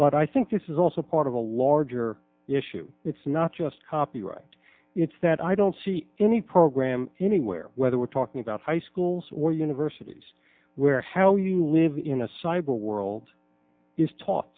but i think this is also part of a larger issue it's not just copyright it's that i don't see any program anywhere whether we're talking about high schools or universities where how you live in a cyber world is taught